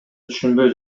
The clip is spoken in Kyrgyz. түшүнбөй